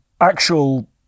actual